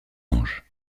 anges